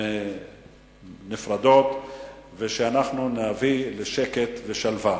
נפרדות ואנחנו נביא לשקט ושלווה.